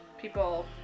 people